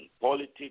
politics